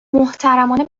محترمانه